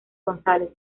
gonzález